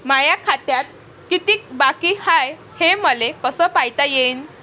माया खात्यात कितीक बाकी हाय, हे मले कस पायता येईन?